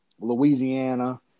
Louisiana